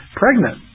pregnant